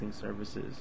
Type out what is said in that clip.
services